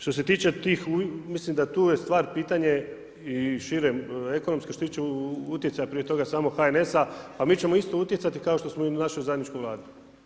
Što se tiče tih, mislim da tu je stvar pitanje i šire ekonomske, štose tiče utjecaja prije toga HNS-a, pa mi ćemo isto utjecati kao što smo i u našoj zajedničkoj Vladi.